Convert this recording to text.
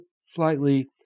slightly